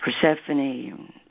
Persephone